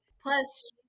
Plus